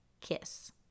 kiss